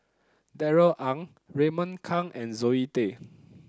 Darrell Ang Raymond Kang and Zoe Tay